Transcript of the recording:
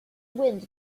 wind